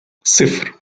صفر